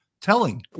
telling